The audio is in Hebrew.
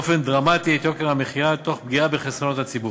באופן דרמטי את יוקר המחיה תוך פגיעה בחסכונות הציבור.